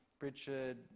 Richard